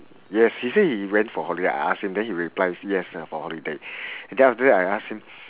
yes he say he went for holiday I ask him then he reply yes for holiday then after that I ask him